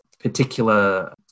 particular